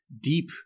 deep